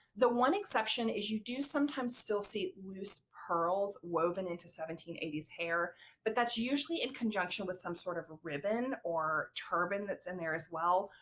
the one exception is you do sometimes still see loose pearls woven into seventeen eighty s hair but that's usually in conjunction with some sort of ribbon or turban that's in there as well,